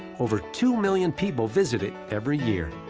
over two million people visit it every year.